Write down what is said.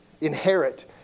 inherit